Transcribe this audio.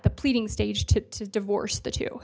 the pleading stage to divorce the two